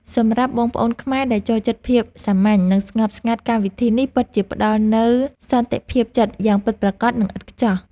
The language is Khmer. សម្រាប់បងប្អូនខ្មែរដែលចូលចិត្តភាពសាមញ្ញនិងស្ងប់ស្ងាត់កម្មវិធីនេះពិតជាផ្តល់នូវសន្តិភាពចិត្តយ៉ាងពិតប្រាកដ និង ឥតខ្ចោះ។